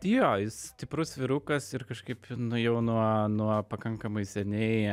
jo jis stiprus vyrukas ir kažkaip nu jau nuo nuo pakankamai seniai